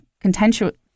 contentious